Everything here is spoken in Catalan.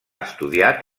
estudiat